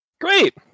Great